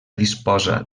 disposa